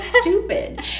stupid